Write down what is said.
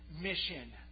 mission